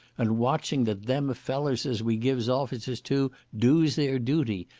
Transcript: and watching that them fellers as we gives offices to, doos their duty,